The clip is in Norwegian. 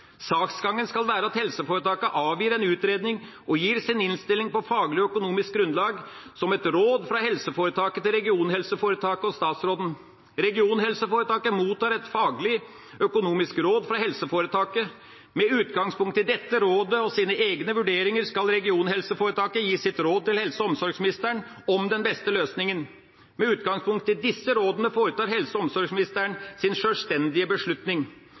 Saksgangen skal være at helseforetakene avgir en utredning og gir sin innstilling på faglig og økonomisk grunnlag, som et råd fra helseforetaket til regionhelseforetaket og statsråden. Regionhelseforetaket mottar et faglig, økonomisk råd fra helseforetaket. Med utgangspunkt i dette rådet og sine egne vurderinger skal regionhelseforetaket gi sitt råd til helse- og omsorgsministeren om den beste løsninga. Med utgangspunkt i disse rådene foretar helse- og omsorgsministeren sin sjølstendige beslutning.